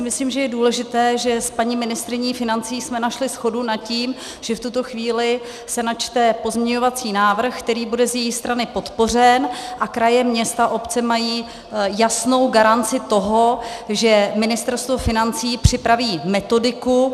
Myslím si, že je důležité, že s paní ministryní financí jsme našly shodu nad tím, že v tuto chvíli se načte pozměňovací návrh, který bude z její strany podpořen, a kraje, města a obce mají jasnou garanci toho, že Ministerstvo financí připraví metodiku.